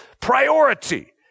priority